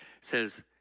says